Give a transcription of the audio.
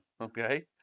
okay